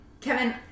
Kevin